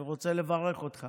אני רוצה לברך אותך